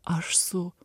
aš su